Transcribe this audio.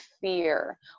fear